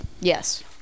Yes